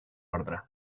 ordre